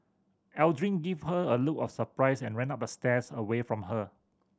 Aldrin gave her a look of surprise and ran up the stairs away from her